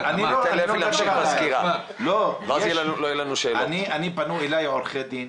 פנו אליי עורכי דין,